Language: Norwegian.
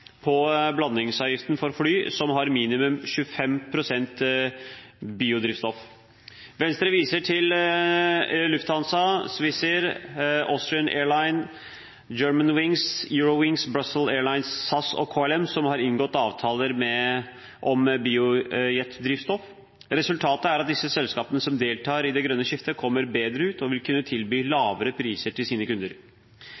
på blandingsavgiften for fly som har minimum 25 pst. biodrivstoff. Venstre viser til Lufthansa, Swissair, Austrian Airlines, Germanwings, Eurowings, Brussels Airlines, SAS og KLM, som har inngått avtaler om biojetdrivstoff. Resultatet er at disse selskapene som deltar i det grønne skiftet, kommer bedre ut og vil kunne tilby